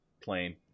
plane